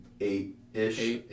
eight-ish